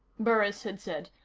burris had said.